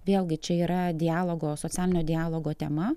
vėlgi čia yra dialogo socialinio dialogo tema